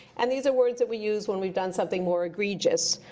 and these are words that we use when we've done something more egregious.